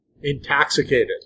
intoxicated